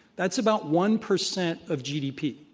that's about one percent of gdp.